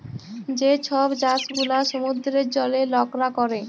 যে ছব চাষ গুলা সমুদ্রের জলে লকরা ক্যরে